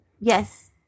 Yes